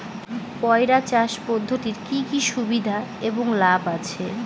পয়রা চাষ পদ্ধতির কি কি সুবিধা এবং লাভ আছে?